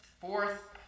Fourth